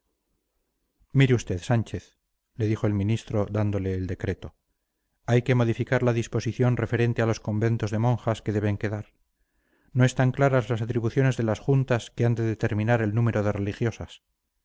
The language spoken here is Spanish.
mire usted sánchez le dijo el ministro dándole el decreto hay que modificar la disposición referente a los conventos de monjas que deben quedar no están claras las atribuciones de las juntas que han de determinar el número de religiosas